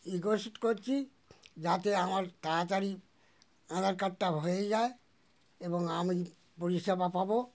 request করছি যাতে আমার তাড়াতাড়ি আধার কার্ডটা হয়েই যায় এবং আমি পরিষেবা পাবো